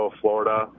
florida